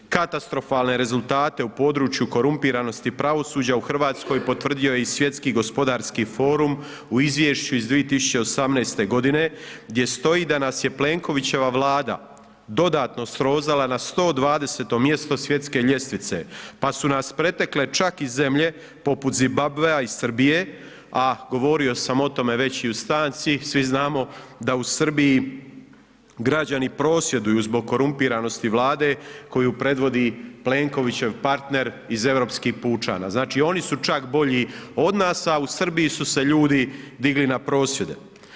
Katastrofalne rezultate u području korumpiranosti pravosuđa u Hrvatskoj potvrdio je i Svjetski gospodarski forum u izvješću iz 2018. godine, gdje stoji da nas je Plenkovićeva Vlada dodatno srozala na 120. mjesto svjetske ljestvice, pa su nas pretekle čak i zemlje poput Zimbabvea i Srbije, a govorio sam o tome već i u stanci, svi znamo da u Srbiji građani prosvjeduju zbog korumpiranosti Vlade koju predvodi Plenkovićev partner iz Europskih pučana, znači oni su čak bolji od nas, a u Srbiji su se ljudi digli na prosvjede.